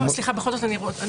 סליחה, בכל זאת אני רוצה.